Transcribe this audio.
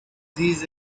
these